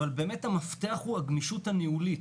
אבל באמת המפתח הוא הגמישות הניהולית.